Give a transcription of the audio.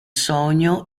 sogno